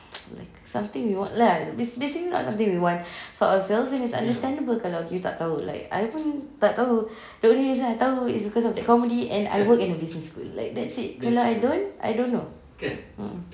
like something we want ah bas~ basically not something we want for ourselves it is understandable kalau like you tak tahu the only reason I tahu is because of that comedy and I work in a business school like that it kalau I don't I don't know mm